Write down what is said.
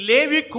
Levi